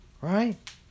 right